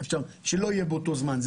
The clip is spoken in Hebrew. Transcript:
שלא יהיה באותו זמן.